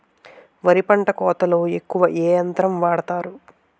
వరి పంట కోతలొ ఎక్కువ ఏ యంత్రం వాడతారు?